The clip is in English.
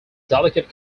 delicate